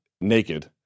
naked